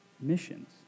missions